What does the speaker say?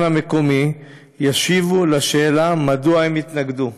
המקומי ישיבו על שאלה מדוע הם התנגדו,